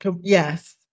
Yes